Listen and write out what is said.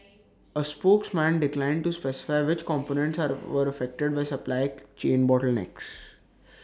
A spokesman declined to specify which components were affected by supply chain bottlenecks